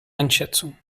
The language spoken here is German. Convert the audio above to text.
einschätzung